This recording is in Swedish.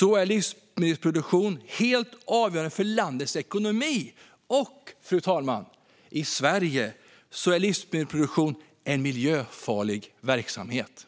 är livsmedelsproduktionen helt avgörande för landets ekonomi. I Sverige, fru talman, är livsmedelsproduktionen en miljöfarlig verksamhet.